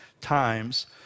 times